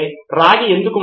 సిద్ధార్థ్ మాతురి నిజమే